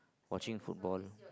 watching football